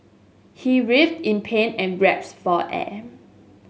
he writhed in pain and gasped for air